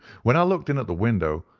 when i looked in at the window,